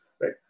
right